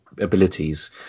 abilities